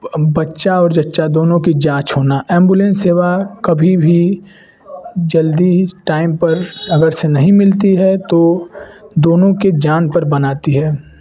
बच्चा और जच्चा दोनों की जाँच होना ऐम्बुलेंस सेवा कभी भी जल्दी टाइम पर अगर से नहीं मिलती है तो दोनों की जान पर बन आती है